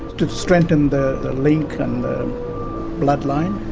to strengthen the link and the bloodline.